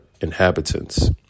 inhabitants